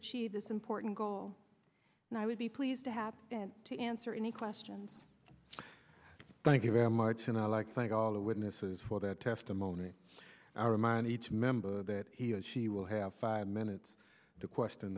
achieve this important goal and i would be pleased to happy to answer any questions thank you very much and i'd like to thank all the witnesses for their testimony and i remind each member that he or she will have five minutes to question